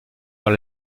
dans